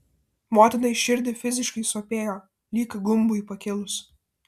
motinai širdį fiziškai sopėjo lyg gumbui pakilus